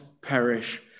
perish